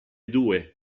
due